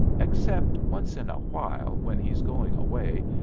except once in a while when he's going away,